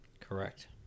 Correct